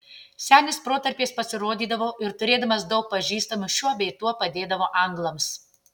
senis protarpiais pasirodydavo ir turėdamas daug pažįstamų šiuo bei tuo padėdavo anglams